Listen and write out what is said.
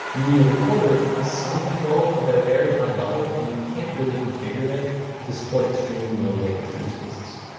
mediarecorder has some controls, but they are very high-level, and you can't really configure it to support extremely low latency use cases.